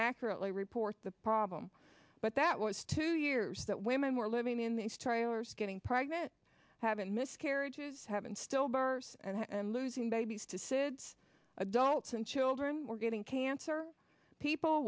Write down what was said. accurately report the problem but that was two years that women were living in these tyler's getting pregnant haven't miscarriages haven't still bars and losing babies to sids adults and children were getting cancer people